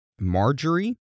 Marjorie